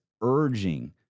urging